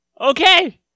okay